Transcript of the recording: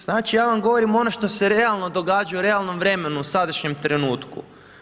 Znači, ja vam govorim ono što se realno događa u realnom vremenu, u sadašnjem trenutku.